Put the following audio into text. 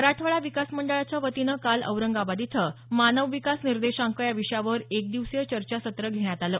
मराठवाडा विकास मंडळाच्या वतीनं काल औरंगाबाद इथं मानव विकास निर्देशांक या विषयावर एक दिवसीय चर्चासत्र घेण्यात आलं